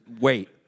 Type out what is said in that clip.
wait